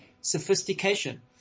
sophistication